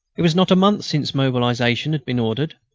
it was not a month since mobilisation had been ordered,